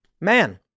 man